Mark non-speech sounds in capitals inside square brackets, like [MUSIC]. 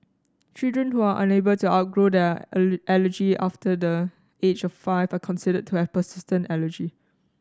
children who are unable to outgrow their [UNINTELLIGIBLE] allergy after the age of five are considered to have persistent allergy